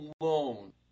alone